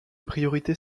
priorités